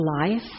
life